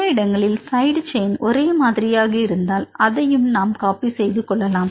சில இடங்களில்சைடு செயின் ஒரே மாதிரியாக இருந்தால் அதையும் நாம் காப்பி செய்து கொள்ளலாம்